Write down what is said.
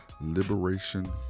liberation